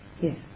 yes